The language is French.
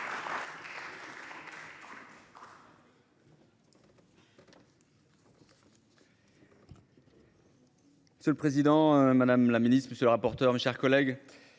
C'est le président, madame la Ministre, monsieur le rapporteur. Mes chers collègues.